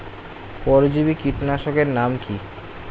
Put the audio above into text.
পরজীবী কীটনাশকের নাম কি?